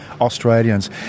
Australians